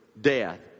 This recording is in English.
death